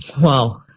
Wow